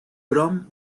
bram